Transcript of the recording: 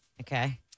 Okay